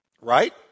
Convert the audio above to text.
Right